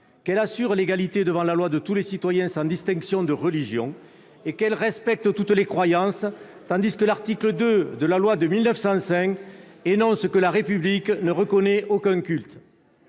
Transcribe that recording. qu'elle assure l'égalité devant la loi de tous les citoyens sans distinction de religion et qu'elle respecte toutes les croyances, tandis que l'article 2 de la loi de 1905 énonce que la République ne reconnaît aucun culte.